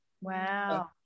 wow